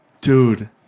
Dude